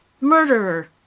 Murderer